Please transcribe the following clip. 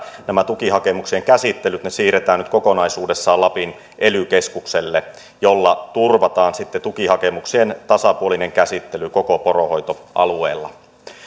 näiden tukihakemuksien käsittelyt siirretään nyt kokonaisuudessaan lapin ely keskukselle millä turvataan sitten tukihakemuksien tasapuolinen käsittely koko poronhoitoalueella